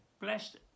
blessed